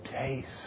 taste